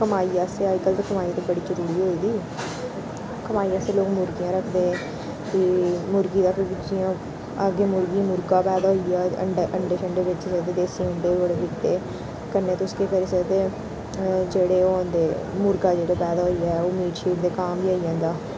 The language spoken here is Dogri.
कमाई आसेआ अज्जकल ते कमाई ते बड़ी जरूरी होई दी कमाई आस्तै लोक मुर्गियां रखदे फ्ही मुर्गी दै चुचियां अग्गें मुर्गी मुर्गा पैदा होई गेआ अण्डे अण्डे सण्डे बेची सकदे देसी अण्डे बड़े बिकदे कन्नै तुस केह् करी सकदे जेह्ड़े ओह् होंदे मुर्गा जेह्ड़ा पैदा होइयै ओह् मीट शीट दे कम्म बी आई जंदा